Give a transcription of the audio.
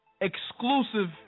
exclusive